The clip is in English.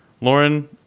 Lauren